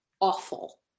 Awful